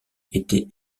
était